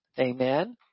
Amen